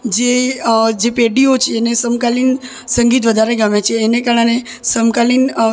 જે જે પેઢીઓ છે એને સમકાલીન સંગીત વધારે ગમે છે એને કારણે સમકાલીન